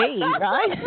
right